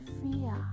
fear